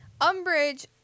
Umbridge